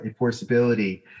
enforceability